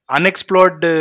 Unexplored